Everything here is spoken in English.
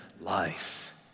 life